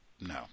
no